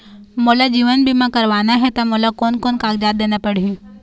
मोला जीवन बीमा करवाना हे ता मोला कोन कोन कागजात देना पड़ही?